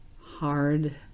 hard